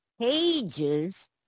pages